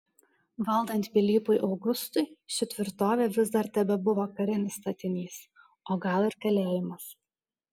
valdant pilypui augustui ši tvirtovė vis dar tebebuvo karinis statinys o gal ir kalėjimas